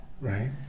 Right